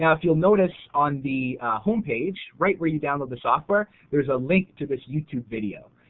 yeah if you'll notice on the home page, right where you download the software there's a link to this youtube video.